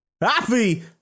Happy